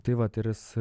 tai vat ir jis